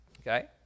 Okay